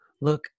look